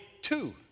two